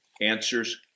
answers